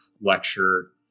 lecture